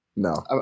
No